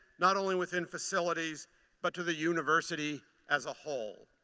not only within facilities but to the university as a whole.